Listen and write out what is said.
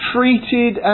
Treated